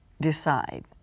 decide